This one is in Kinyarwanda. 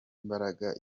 mbaraga